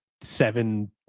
seven